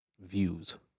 views